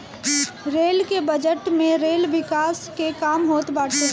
rail के budget में rail विकास के काम होत बाटे